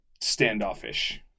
standoffish